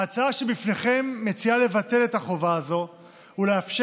ההצעה שבפניכם מציעה לבטל את החובה הזאת ולאפשר